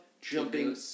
jumping